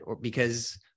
because-